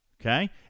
Okay